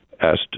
asked